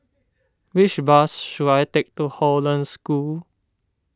which bus should I take to Hollandse School